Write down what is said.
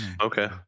okay